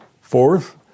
Fourth